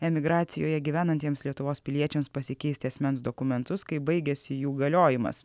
emigracijoje gyvenantiems lietuvos piliečiams pasikeisti asmens dokumentus kai baigiasi jų galiojimas